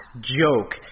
joke